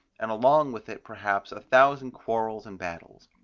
and along with it perhaps a thousand quarrels and battles.